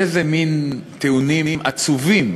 איזה מין טיעונים עצובים,